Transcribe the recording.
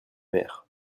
mer